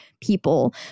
people